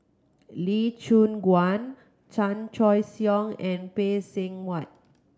Lee Choon Guan Chan Choy Siong and Phay Seng Whatt